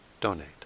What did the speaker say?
donate